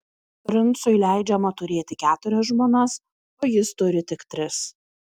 princui leidžiama turėti keturias žmonas o jis turi tik tris